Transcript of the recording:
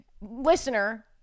Listener